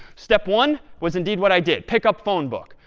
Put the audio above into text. step one was, indeed, what i did. pick up phone book.